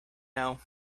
now